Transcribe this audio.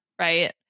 right